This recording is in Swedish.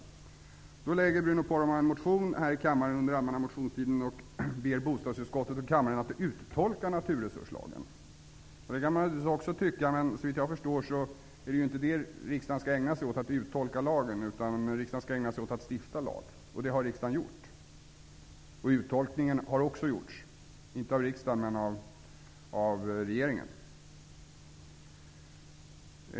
Bruno Poromaa väcker då en motion här i kammaren under den allmänna motionstiden och ber bostadsutskottet och kammaren att uttolka naturresurslagen. Det kan man kanske be om. Men såvitt jag förstår skall riksdagen inte ägna sig åt att tolka lagar utan att stifta lagar. Det har riksdagen gjort i det här fallet. En uttolkning har också gjorts. Men den har inte gjorts av riksdagen utan av regeringen.